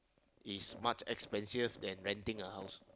is much expensive then renting a house